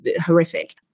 horrific